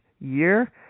year